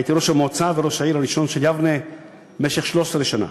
הייתי ראש המועצה וראש העיר הראשון של יבנה במשך 13 שנה.